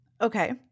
Okay